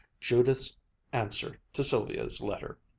judith's answer to sylvia's letter.